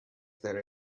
there